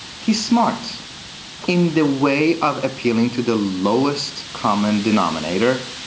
he's smart in the way up appealing to the lowest common denominator.